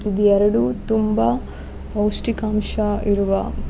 ಇದು ಎರಡು ತುಂಬಾ ಪೌಷ್ಟಿಕಾಂಶ ಇರುವ